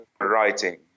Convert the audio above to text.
writing